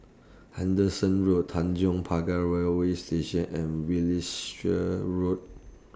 Henderson Road Tanjong Pagar Railway Station and Wiltshire Road